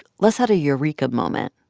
les had a eureka moment.